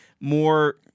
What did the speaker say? more